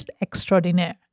extraordinaire